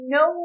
no